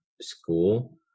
school